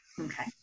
Okay